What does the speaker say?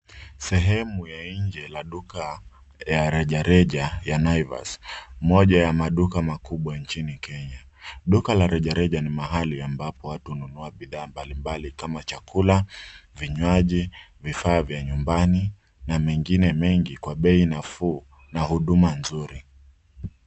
Sehemu ya nje la duka ya rejareja ya Naivas. Moja ya maduka makubwa nchini Kenya. Duka la rejareja ni mahali ambapo watu hununua bidhaa mbali mbali kama chakula, vinywaji, vifaa vya nyumbani, na mengine mengi, kwa bei nafuu na huduma nzuri.